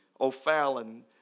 O'Fallon